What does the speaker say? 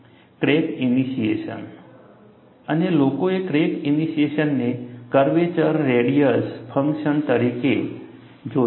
crack initiation અને લોકોએ crack ઇનિશિએશનને કર્વેચરના રેડિયસ ફંક્શન તરીકે જોયું છે